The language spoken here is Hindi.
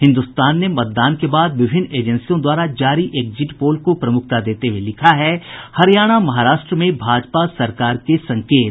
हिन्दुस्तान ने मतदान के बाद विभिन्न एजेंसियों द्वारा जारी एक्जिट पोल को प्रमुखता देते हुए लिखा है हरियाणा महाराष्ट्र में भाजपा सरकार के संकेत